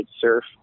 surf